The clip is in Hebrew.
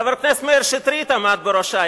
חבר הכנסת מאיר שטרית עמד בראשה,